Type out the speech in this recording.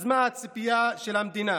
אז מה הציפייה של המדינה?